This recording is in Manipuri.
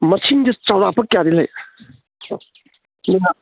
ꯃꯁꯤꯡꯁꯦ ꯆꯧꯔꯥꯛꯄ ꯀꯌꯥꯗꯤ ꯂꯩ ꯑꯗꯨꯅ